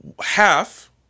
half